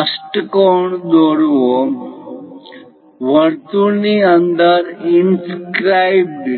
અષ્ટકોણ દોરવો વર્તુળની અંદર ઇન્સ્ક્રિબઈડ